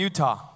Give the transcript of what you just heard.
Utah